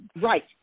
right